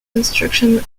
construction